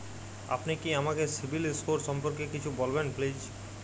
আপনি কি আমাকে সিবিল স্কোর সম্পর্কে কিছু বলবেন প্লিজ?